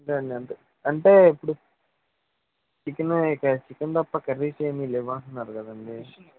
అంతే అండి అంతే అంటే ఇపుడు చికెను చికెన్ తప్ప కర్రీస్ ఏమి లేవా అంటున్నారు కదండి